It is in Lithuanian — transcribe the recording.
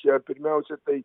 čia pirmiausia tai